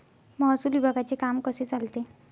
महसूल विभागाचे काम कसे चालते?